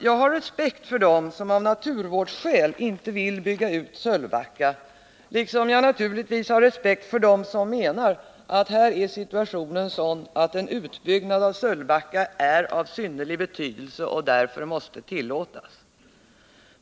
Jag har respekt för dem som av naturvårdsskäl inte vill bygga ut Sölvbacka, liksom jag naturligtvis har respekt för dem som menar att här är situationen sådan att en utbyggnad av Sölvbacka är av synnerlig betydelse och därför måste tillåtas.